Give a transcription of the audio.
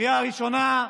בקריאה ראשונה,